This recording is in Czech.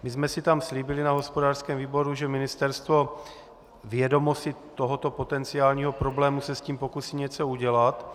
My jsme si na hospodářském výboru slíbili, že ministerstvo, vědomo si tohoto potenciálního problému, se s tím pokusí něco udělat.